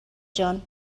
جان